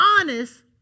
honest